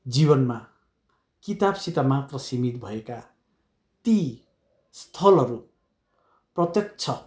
जीवनमा किताबसित मात्र सीमित भएका ती स्थलहरू प्रत्यक्ष